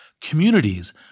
Communities